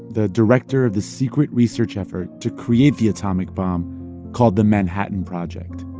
the director of the secret research effort to create the atomic bomb called the manhattan project.